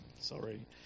Sorry